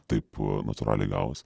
taip natūraliai gavos